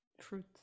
fruit